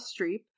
Streep